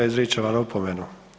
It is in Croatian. Izričem vam opomenu.